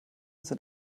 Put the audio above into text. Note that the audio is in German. sind